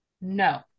no